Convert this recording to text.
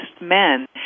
men